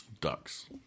Ducks